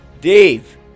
Dave